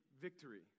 victory